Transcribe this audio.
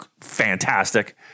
fantastic